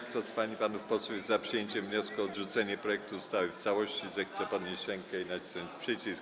Kto z pań i panów posłów jest za przyjęciem wniosku o odrzucenie projektu ustawy w całości, zechce podnieść rękę i nacisnąć przycisk.